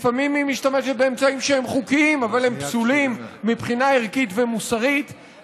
לפעמים היא משתמשת באמצעים שהם חוקיים אבל פסולים מבחינה ערכית ומוסרית,